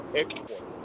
export